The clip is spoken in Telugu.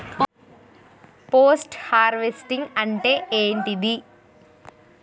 పోస్ట్ హార్వెస్టింగ్ అంటే ఏంటిది?